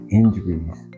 injuries